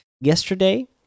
yesterday